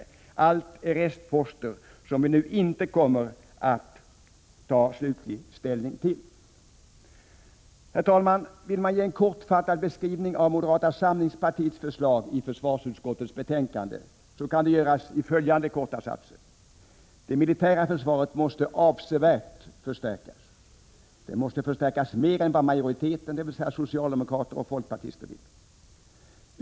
Allt är restposter som vi nu inte kommer att ta slutlig ställning till. Herr talman! Om man vill ge en kortfattad beskrivning av moderata samlingspartiets förslag i försvarsutskottets betänkande kan den göras i följande korta satser: —- Det militära försvaret måste avsevärt förstärkas. Det måste förstärkas mer än vad majoriteten, dvs. socialdemokraterna och folkpartiet, föreslår.